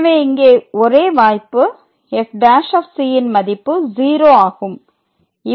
எனவே இங்கே ஒரே வாய்ப்பு f ' ன் மதிப்பு 0 ஆகும்